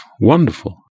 wonderful